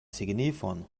signifon